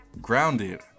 grounded